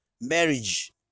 marriage